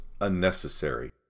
unnecessary